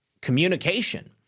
communication